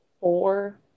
four